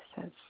says